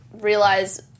realize